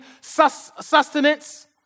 sustenance